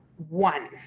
One